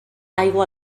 aigua